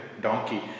donkey